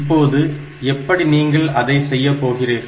இப்போது எப்படி நீங்கள் அதை செய்யப்போகிறீர்கள்